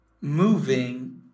moving